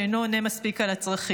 שאינו עונה מספיק על הצרכים.